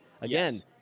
again